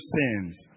sins